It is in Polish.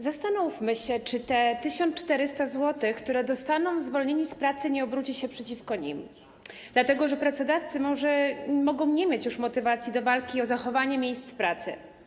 Zastanówmy się, czy te 1400 zł, które dostaną zwolnieni z pracy, nie obróci się przeciwko nim, dlatego że pracodawcy mogą nie mieć już motywacji do walki o zachowanie miejsc pracy.